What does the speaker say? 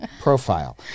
profile